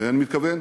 אני מתכוון,